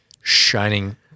shining